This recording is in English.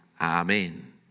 Amen